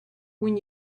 when